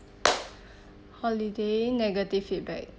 holiday negative feedback